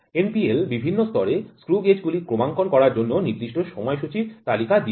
NPL বিভিন্ন স্তরে screw গেজগুলি ক্রমাঙ্কন করার জন্য নির্দিষ্ট সময়সূচির তালিকা দিয়েছে